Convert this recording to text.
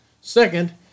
Second